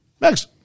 Next